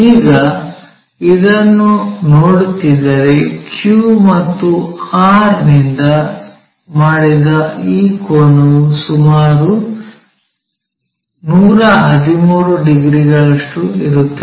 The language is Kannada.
ಈಗ ಇದನ್ನು ನೋಡುತ್ತಿದ್ದರೆ Q ಮತ್ತು R ನಿಂದ ಮಾಡಿದ ಈ ಕೋನವು ಸುಮಾರು 113 ಡಿಗ್ರಿಗಳಷ್ಟು ಇರುತ್ತದೆ